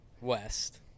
West